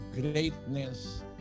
greatness